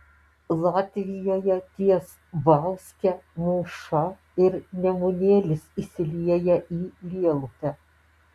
latvijoje ties bauske mūša ir nemunėlis įsilieja į lielupę